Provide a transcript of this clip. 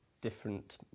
different